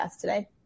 today